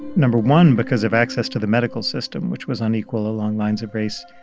number one, because of access to the medical system, which was unequal along lines of race,